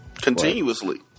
continuously